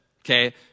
Okay